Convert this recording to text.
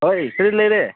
ꯑꯣꯏ ꯀꯔꯤ ꯂꯩꯔꯦ